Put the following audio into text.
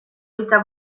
hitza